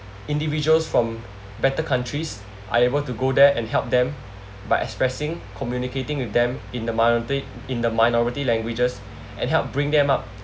individuals from better countries are able to go there and help them by expressing communicating with them in the minority in the minority languages and help bring them up